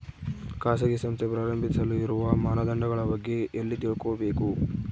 ಖಾಸಗಿ ಸಂಸ್ಥೆ ಪ್ರಾರಂಭಿಸಲು ಇರುವ ಮಾನದಂಡಗಳ ಬಗ್ಗೆ ಎಲ್ಲಿ ತಿಳ್ಕೊಬೇಕು?